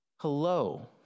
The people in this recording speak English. Hello